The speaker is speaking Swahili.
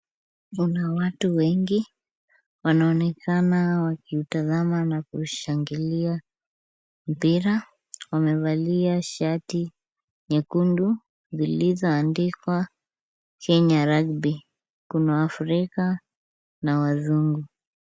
Kuna watu wengi, wanaonekana wakiutazama na kuushangilia mpira. Wamevalia shati nyekundu zilizoandikwa Kenya Rugby. Kuna waafrika na wazungu.